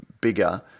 bigger